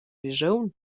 grischun